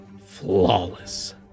flawless